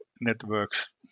networks